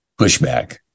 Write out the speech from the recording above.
pushback